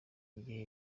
igihe